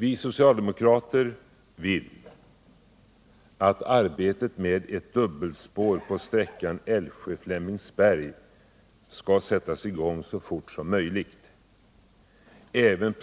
Vi socialdemokrater vill att arbetet med ett dubbelspår på sträckan Älvsjö-Flemingsberg skall sättas i gång så fort som möjligt. Även